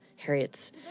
Harriet's